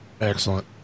Excellent